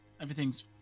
everything's